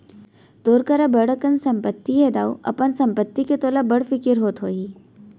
तोर करा बड़ अकन संपत्ति हे दाऊ, अपन संपत्ति के तोला बड़ फिकिर होत होही